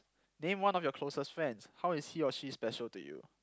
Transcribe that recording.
name one of your closest friends how is he or she special to you